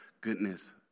goodness